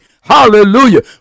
hallelujah